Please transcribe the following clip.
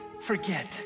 forget